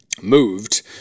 moved